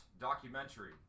documentary